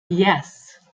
yes